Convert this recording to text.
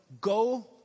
go